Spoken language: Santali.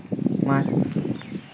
ᱢᱟ